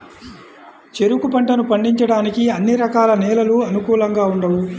చెరుకు పంటను పండించడానికి అన్ని రకాల నేలలు అనుకూలంగా ఉండవు